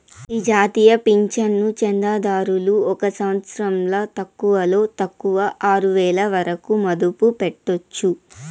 ఈ జాతీయ పింఛను చందాదారులు ఒక సంవత్సరంల తక్కువలో తక్కువ ఆరువేల వరకు మదుపు పెట్టొచ్చు